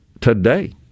today